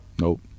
Nope